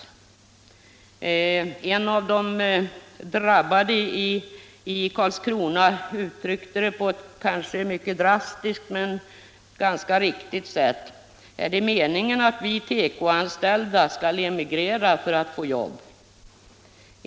En av de drabbade Torsdagen den i Karlskrona uttryckte det på ett mycket drastiskt men ganska riktigt 12 februari 1976 sätt: Är det meningen att vi tekoanställda skall emigrera för att fåjobb?